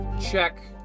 check